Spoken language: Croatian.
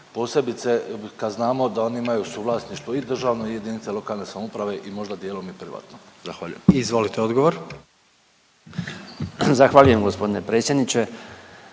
posebice kad znamo da oni imaju suvlasništvo i državno i jedinice lokalne samouprave i možda dijelom i privatno. Zahvaljujem. **Jandroković, Gordan (HDZ)**